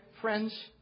friends